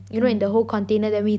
mm mm